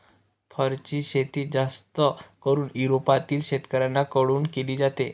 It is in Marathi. फरची शेती जास्त करून युरोपातील शेतकऱ्यांन कडून केली जाते